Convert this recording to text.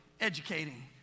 educating